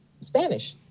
spanish